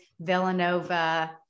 Villanova